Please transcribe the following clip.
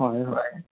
হয় হয়